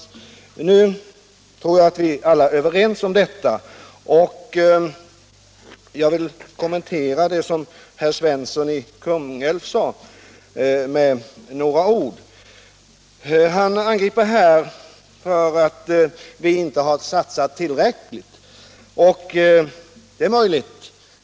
I dag tror jag att vi alla är överens om detta. Jag vill med några ord kommentera det som herr Svensson i Kungälv sade. Han angriper oss för att vi inte har satsat tillräckligt.